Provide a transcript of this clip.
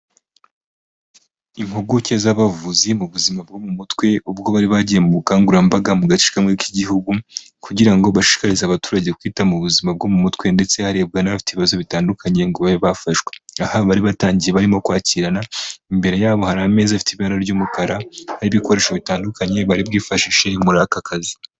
Impuguke z'abavuzi mu buzima bwo mu mutwe, ubwo bari bagiye mu bukangurambaga mu gace kamwe k'igihugu, kugira ngo bashishikarize abaturage kwita mu buzima bwo mu mutwe ndetse harebwa n'abafite ibibazo bitandukanye ngo babe bafashwe, aha bari batangiye barimo kwakirana, imbere yabo hari ameza afite ibara ry'umukara, ariho ibikoresho bitandukanye bari bwifashishije muri aka kazi.